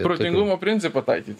protingumo principą taikyti